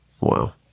Wow